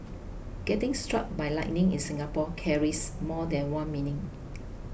getting struck by lightning in Singapore carries more than one meaning